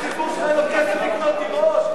הציבור שלך, אין לו כסף לקנות דירות,